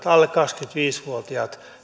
alle kaksikymmentäviisi vuotiaat